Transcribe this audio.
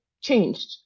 changed